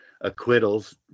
acquittals